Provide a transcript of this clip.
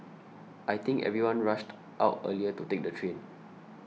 I think everyone rushed out earlier to take the train